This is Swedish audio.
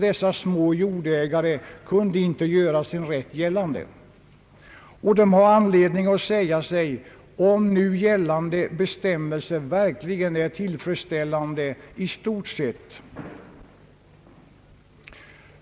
Dessa småjordägare kunde alltså inte göra sin rätt gällande. De har anledning fråga sig om nu gällande bestämmelser verkligen är tillfredsställande.